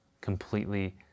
completely